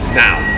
now